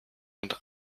und